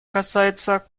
касается